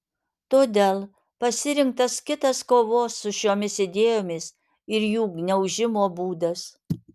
todėl pasirinktas kitas kovos su šiomis idėjomis ir jų gniaužimo būdas